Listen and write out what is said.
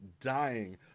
dying